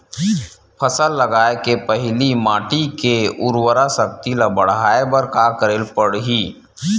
फसल लगाय के पहिली माटी के उरवरा शक्ति ल बढ़ाय बर का करेला पढ़ही?